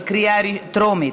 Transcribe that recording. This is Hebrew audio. בקריאה טרומית.